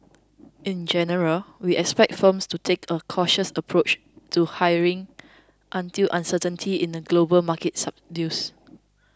in general we expect firms to take a cautious approach to hiring until uncertainty in the global market subsides